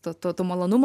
to to to malonumo